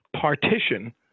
partition